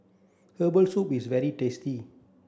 herbal soup is very tasty